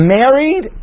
married